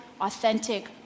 authentic